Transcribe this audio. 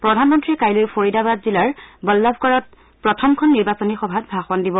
প্ৰধানমন্ত্ৰীয়ে কাইলৈ ফৰিদাবদ জিলাৰ বন্নভগড়ত প্ৰথমখন নিৰ্বাচনী সভাত ভাষণ দিব